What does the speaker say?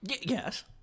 Yes